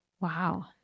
Wow